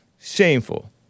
Shameful